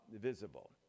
visible